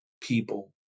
people